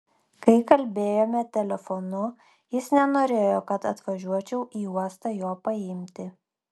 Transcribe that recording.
kai kalbėjome telefonu jis nenorėjo kad atvažiuočiau į uostą jo paimti